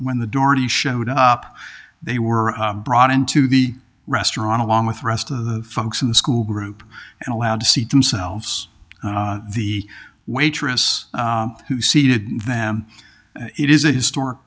showed up they were brought into the restaurant along with rest of the folks in the school group and allowed to see themselves the waitress who seated them it is a historic